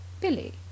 Billy